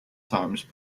times